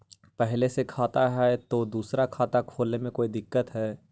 पहले से खाता है तो दूसरा खाता खोले में कोई दिक्कत है?